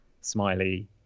smiley